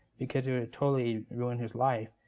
because it would totally ruin his life.